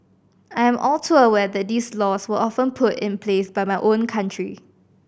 I am all too aware that these laws were often put in place by my own country